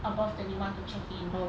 above twenty one to check in